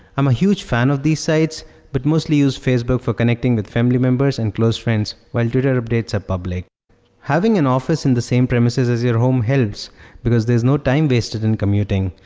am a huge fan of these sites but mostly use facebook for connecting with family members and close friends while twitter updates are public having an office in the same premises as your home helps because there's no time wasted in commuting,